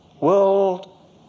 world